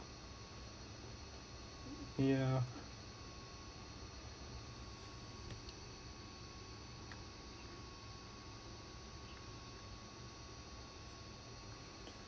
ya